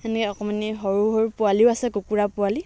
সেনেকৈ অকণমানি সৰু সৰু পোৱালিও আছে কুকুৰা পোৱালি